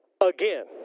again